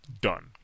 Done